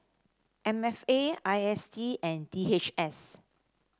M F A I S D and D H S